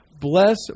bless